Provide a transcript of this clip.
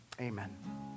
Amen